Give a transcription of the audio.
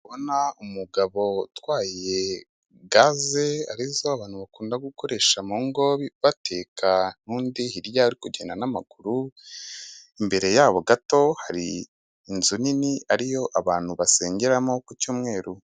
Ndikubona umugabo utwaye gaze arizo abantu bakunda gukoresha mungo bateka, nundi hirya ye arikugenda na amaguru, imbere yabo gato hari inzu nini ariyo abantu basengeramo ku cyumweru.